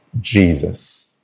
Jesus